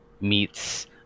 meets